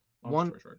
one